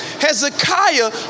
Hezekiah